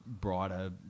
brighter